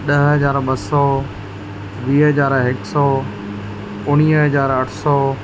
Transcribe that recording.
ॾह हज़ार ॿ सौ वीह हज़ार हिकु सौ उणिवीह हज़ार अठ सौ